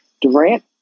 Durant